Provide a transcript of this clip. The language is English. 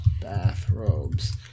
bathrobes